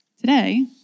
Today